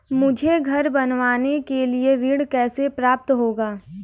मुझे घर बनवाने के लिए ऋण कैसे प्राप्त होगा?